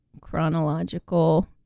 chronological